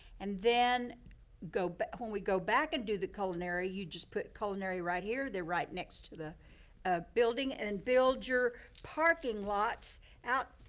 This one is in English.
and then but when we go back and do the culinary, you just put culinary right here, they're right next to the ah building, and and build your parking lots out,